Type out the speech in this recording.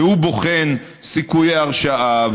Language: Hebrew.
והוא בוחן סיכויי הרשעה,